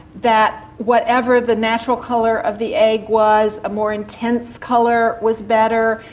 that whatever the natural colour of the egg was a more intense colour was better.